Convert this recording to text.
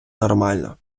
нормально